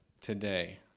today